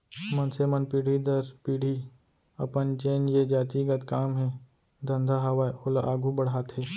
मनसे मन पीढ़ी दर पीढ़ी अपन जेन ये जाति गत काम हे धंधा हावय ओला आघू बड़हाथे